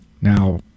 now